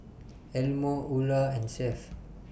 Elmore Ula and Seth